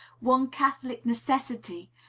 one catholic necessity,